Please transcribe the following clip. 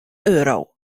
euro